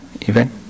event